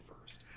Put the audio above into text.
first